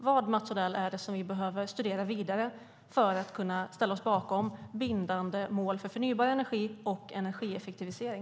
Vad, Mats Odell, är det vi behöver studera vidare för att kunna ställa oss bakom bindande mål för förnybar energi och energieffektivisering?